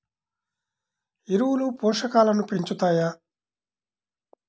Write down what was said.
ఎరువులు పోషకాలను పెంచుతాయా?